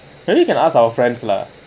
maybe we can ask our friends lah